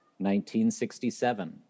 1967